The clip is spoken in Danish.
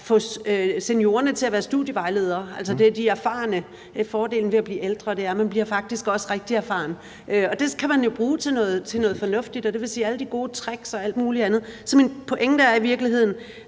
få seniorerne til at være studievejledere. De er erfarne. Fordelen ved at blive ældre er, at man faktisk også bliver rigtig erfaren. Og det kan man jo bruge til noget fornuftigt, dvs. alle de gode tricks og alt muligt andet. Så min pointe er i virkeligheden: